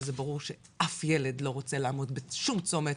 שזה ברור שאף ילד לא רוצה לעמוד בשום צומת,